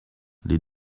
les